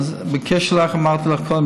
בקשר למה שאמרתי לך קודם,